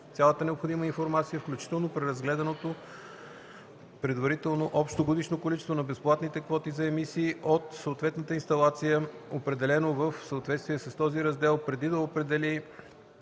цялата необходима информация, включително преразгледаното предварително общо годишно количество на безплатните квоти за емисии от съответната инсталация, определено в съответствие с този раздел, преди да определи